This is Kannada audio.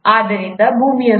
ಆದ್ದರಿಂದ ಭೂಮಿಯು ಸುಮಾರು 4